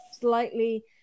slightly